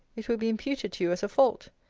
it will be imputed to you as a fault.